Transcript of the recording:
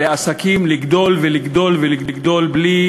לעסקים לגדול ולגדול ולגדול בלי